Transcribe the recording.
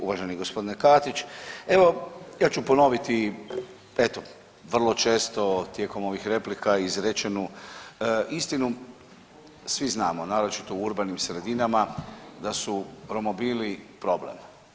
Uvaženi g. Katić, evo ja ću ponoviti eto, vrlo često tijekom ovih replika izrečenu istinu, svi znamo, naročito u urbanim sredinama da su romobili problem.